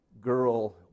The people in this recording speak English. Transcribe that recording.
Girl